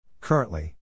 Currently